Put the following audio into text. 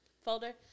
folder